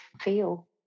feel